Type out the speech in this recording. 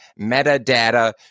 metadata